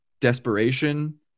desperation